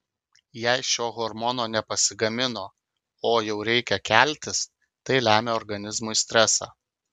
jei šio hormono nepasigamino o jau reikia keltis tai lemia organizmui stresą